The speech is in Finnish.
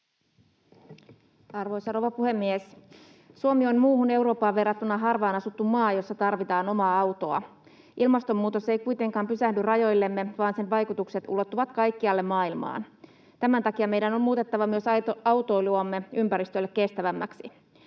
Arvoisa rouva puhemies! Suomi on muuhun Eurooppaan verrattuna harvaan asuttu maa, jossa tarvitaan omaa autoa. Ilmastonmuutos ei kuitenkaan pysähdy rajoillemme, vaan sen vaikutukset ulottuvat kaikkialle maailmaan. Tämän takia meidän on muutettava myös autoiluamme ympäristölle kestävämmäksi.